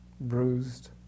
bruised